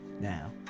Now